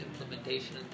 implementation